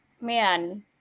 man